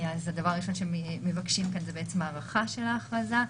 הדבר שמבקשים כאן הוא הארכת ההכרזה.